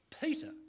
Peter